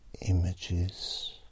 images